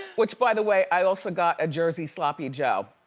which by the way, i also got a jersey sloppy joe,